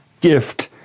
gift